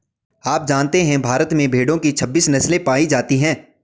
आप जानते है भारत में भेड़ो की छब्बीस नस्ले पायी जाती है